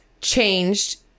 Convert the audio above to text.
changed